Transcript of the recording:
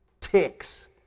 ticks